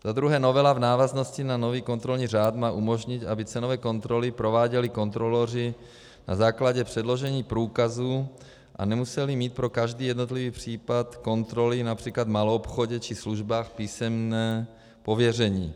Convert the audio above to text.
Za druhé novela v návaznosti na nový kontrolní řád má umožnit, aby cenové kontroly prováděli kontroloři na základě předložení průkazů a nemuseli mít pro každý jednotlivý případ kontroly například v maloobchodě či službách písemné pověření.